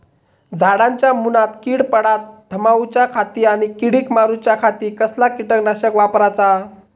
झाडांच्या मूनात कीड पडाप थामाउच्या खाती आणि किडीक मारूच्याखाती कसला किटकनाशक वापराचा?